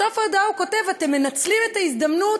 בסוף ההודעה הוא כותב: אתם מנצלים את ההזדמנות